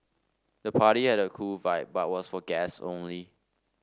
the party had a cool vibe but was for guests only